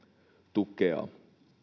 tukea